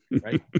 right